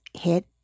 hit